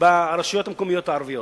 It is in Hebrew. ברשויות המקומיות הערביות,